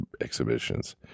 Exhibitions